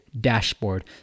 dashboard